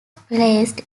placed